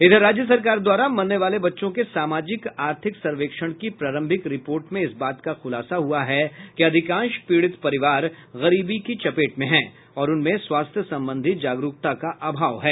इधर राज्य सरकार द्वारा मरने वाले बच्चों के सामाजिक आर्थिक सर्वेक्षण की प्रारंभिक रिपोर्ट में इस बात का खूलासा हुआ है कि अधिकांश पीड़ित परिवार गरीबी की चपेट में हैं और उनमें स्वास्थ्य संबंधी जागरूकता का अभाव है